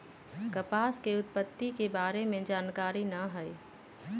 कपास के उत्पत्ति के बारे में जानकारी न हइ